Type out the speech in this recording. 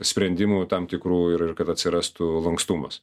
sprendimų tam tikrų ir kad atsirastų lankstumas